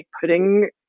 putting